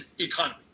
economy